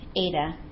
Ada